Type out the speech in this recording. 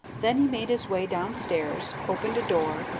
then he made his way down-stairs, opened a door,